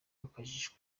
wakajijwe